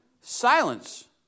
Silence